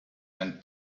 and